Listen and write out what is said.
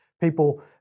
people